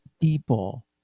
people